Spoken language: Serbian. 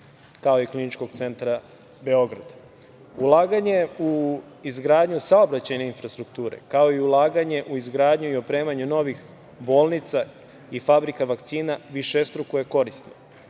kao i KC Beograd. Ulaganje u izgradnju saobraćajne infrastrukture, kao i ulaganje u izgradnju i opremanje novih bolnica i fabrika vakcina višestruko je korisno.